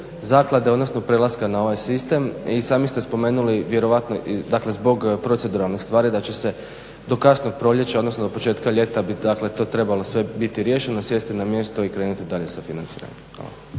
zaklade, odnosno prelaska na ovaj sistem. I sami ste spomenuli vjerojatno, dakle zbog proceduralnih stvari da će se do kasnog proljeća, odnosno do početka ljeta bi trebalo to sve biti riješeno, sjesti na mjesto i krenuti dalje sa financiranjem.